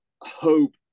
hope